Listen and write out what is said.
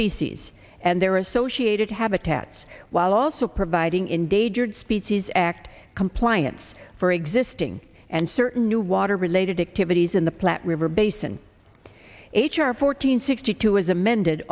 species and their associated habitats while also providing endangered species act compliance for existing and certain new water related activities in the platte river basin h r fourteen sixty two was amended